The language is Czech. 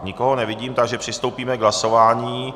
Nikoho nevidím, takže přistoupíme k hlasování.